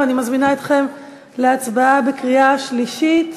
ואני מזמינה אתכם להצבעה בקריאה שלישית.